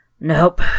Nope